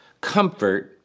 comfort